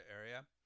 area